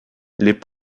les